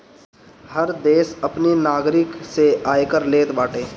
हर देस अपनी नागरिक से आयकर लेत बाटे